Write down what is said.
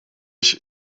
ich